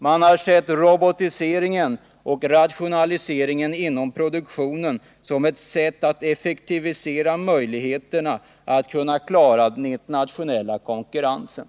Man har sett robotiseringen och rationaliseringen inom produktionen som ett sätt att effektivisera möjligheterna att klara den internationella konkurrensen.